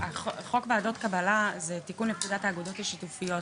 חוק ועדות קבלה זה תיקון לפקודת האגודות השיתופיות.